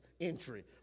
entry